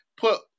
put